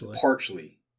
partially